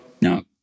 Now